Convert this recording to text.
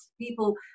people